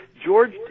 George